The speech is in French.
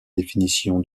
définition